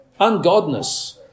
Ungodness